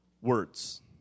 words